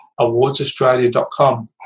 awardsaustralia.com